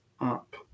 up